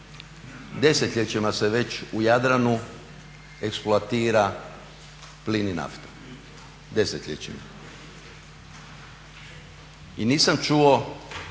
Desetljećima se već u Jadranu eksploatira plin i nafta, desetljećima. I nisam čuo